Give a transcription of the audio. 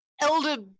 elder